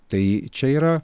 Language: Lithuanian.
tai čia yra